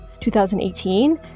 2018